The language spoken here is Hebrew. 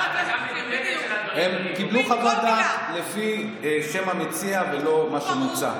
הם קיבלו חוות דעת לפי שם המציע ולא מה שנמצא.